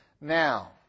Now